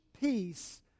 peace